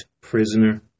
prisoner